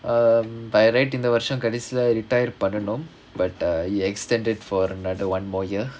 um by right இந்த வருஷம் கடைசில:intha varusham kadaisila retire பண்ணனும்:pannanum but err he extended for another one more year